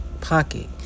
pocket